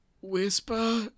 whisper